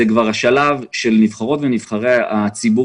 זה כבר השלב שבו נבחרות ונבחרי הציבור